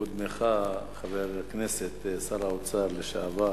קודמך, חבר הכנסת שר האוצר לשעבר